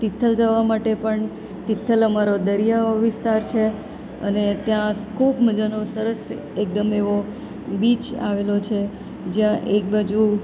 તિથલ જવા માટે પણ તિથલ અમારો દરિયો વિસ્તાર છે અને ત્યાં ખૂબ મજાનો સરસ એકદમ એવો બીચ આવેલો છે જ્યાં એક બાજુ